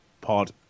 pod